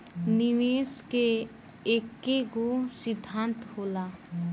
निवेश के एकेगो सिद्धान्त होला